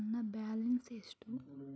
ನನ್ನ ಬ್ಯಾಲೆನ್ಸ್ ಎಷ್ಟು?